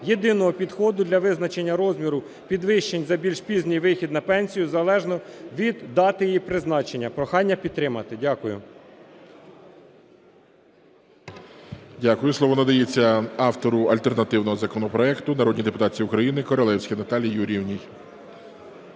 єдиного підходу для визначення розміру підвищень за більш пізній вихід на пенсію залежно від дати її призначення. Прохання підтримати. Дякую.